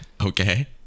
Okay